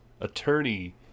attorney